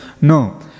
No